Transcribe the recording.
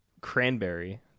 cranberry